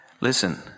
Listen